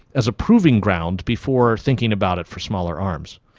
as a proving ground before thinking about it for smaller arms.